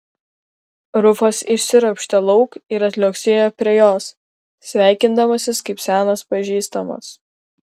rufas išsiropštė lauk ir atliuoksėjo prie jos sveikindamasis kaip senas pažįstamas